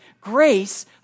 grace